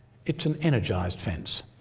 it's an energised fence